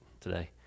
today